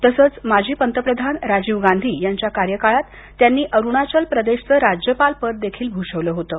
तसंच माजी पंतप्रधान राजीव गांधी यांच्या कार्यकाळात त्यांनी अरुणाचल प्रदेशचं राज्यपालपद देखील भूषवलं होतं